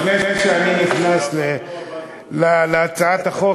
לפני שאני נכנס להצעת החוק,